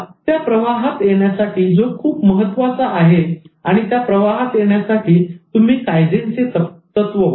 तर त्या प्रवाहात येण्यासाठी जो खूप महत्त्वाचा आहे आणि त्या प्रवाहात येण्यासाठी तुम्ही कायझेनचे तत्व वापरा